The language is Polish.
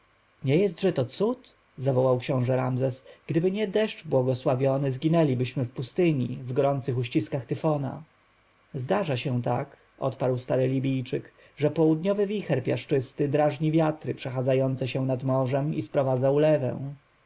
nie jestże to cud zawołał książę ramzes gdyby nie deszcz błogosławiony zginęlibyśmy w pustyni w gorących uściskach tyfona zdarza się tak odparł stary libijczyk że południowy wicher piaszczysty drażni wiatry przechadzające się nad morzem i sprowadza ulewę